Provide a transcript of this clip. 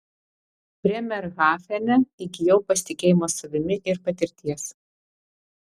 brėmerhafene įgijau pasitikėjimo savimi ir patirties